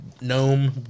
Gnome